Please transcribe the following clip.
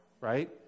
Right